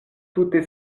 tute